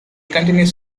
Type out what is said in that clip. continues